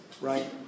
right